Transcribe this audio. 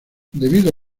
debido